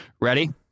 Ready